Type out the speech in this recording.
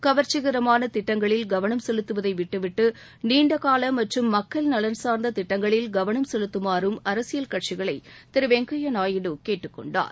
கவர்ச்சிகரமான திட்டங்களில் கவனம் செலுத்துவதை விட்டுவிட்டு நீண்டகால மற்றும் மக்கள் நலன் சார்ந்த திட்டங்களில் கவனம் செலுத்துமாறும் அரசியல் கட்சிகளை திரு வெங்கய்யா நாயுடு கேட்டுக் கொண்டார்